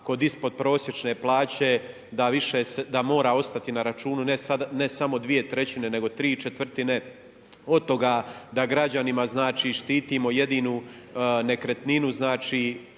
kod ispodprosječne plaće da mora ostati na računu ne samo dvije trećine nego tri četvrtine, od toga da građanima znači štitimo jedinu nekretninu,